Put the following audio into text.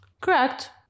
Correct